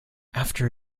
after